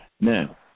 Now